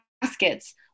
baskets